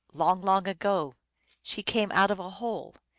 long, long ago she came out of a hole.